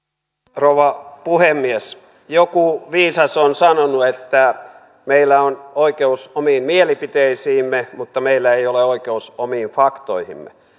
rouva puhemies joku viisas on sanonut että meillä on oikeus omiin mielipiteisiimme mutta meillä ei ole oikeus omiin faktoihimme